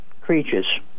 creatures